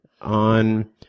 on